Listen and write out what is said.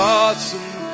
awesome